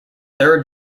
third